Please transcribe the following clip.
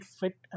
fit